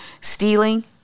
stealing